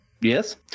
Yes